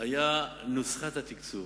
היה נוסחת התקצוב.